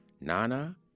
Nana